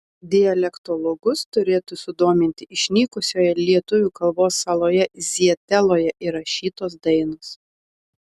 dialektologus turėtų sudominti išnykusioje lietuvių kalbos saloje zieteloje įrašytos dainos